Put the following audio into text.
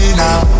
now